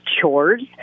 chores